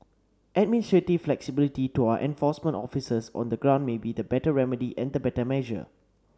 administrative flexibility to our enforcement officers on the ground may be the better remedy and the better measure